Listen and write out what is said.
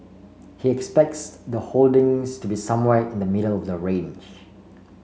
he expects the holdings to be somewhere in the middle of the range